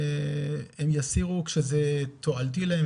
הם יסירו כשזה תועלתי להם,